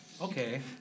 Okay